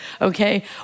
okay